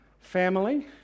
Family